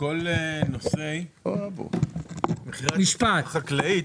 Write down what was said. בכל נושא מחירי התוצרת החקלאית,